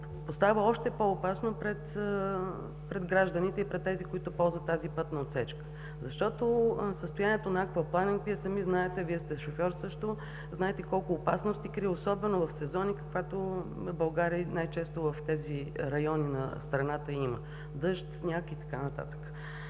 поставя като още по-опасно пред гражданите и пред тези, които ползват тази пътна отсечка. Защото състоянието на аквапланинг Вие сами знаете – Вие също сте шофьор, знаете колко опасности крие, особено в сезони, каквато е България и най-често в тези райони на страната има дъжд, сняг и така нататък.